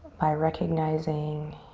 by recognizing